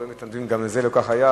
הרבה מתנדבים גם לזה לא כל כך היו,